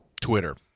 Twitter